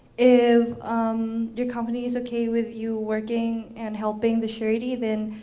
if um your company is okay with you working and helping the charity, then